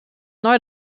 neu